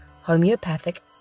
homeopathic